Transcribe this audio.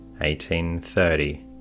1830